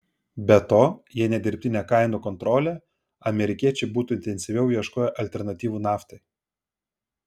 be to jei ne dirbtinė kainų kontrolė amerikiečiai būtų intensyviau ieškoję alternatyvų naftai